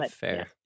fair